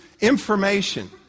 information